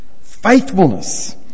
Faithfulness